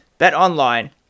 BetOnline